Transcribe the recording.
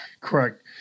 correct